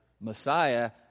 Messiah